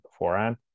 beforehand